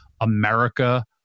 America